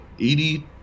80